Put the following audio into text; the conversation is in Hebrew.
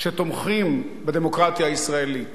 שתומכים בדמוקרטיה הישראלית